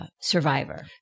Survivor